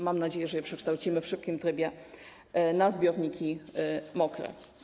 Mam nadzieję, że przekształcimy je w szybkim trybie w zbiorniki mokre.